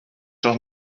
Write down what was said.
doch